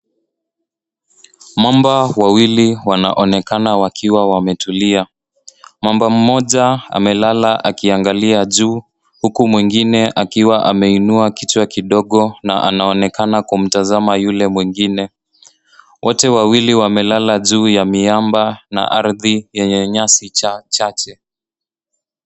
Mamba wawili wanaonekana wakiwa wametulia. mamba mmoja amelala akiangalia juu huku mwingine akiwa ameinua kichwa kidogo na anaonekana kumtazama yule mwingine. Wote wawili wamelala juu ya miamba na ardhi yenye nyasi chache.